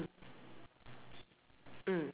mm mm